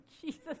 Jesus